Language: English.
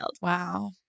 Wow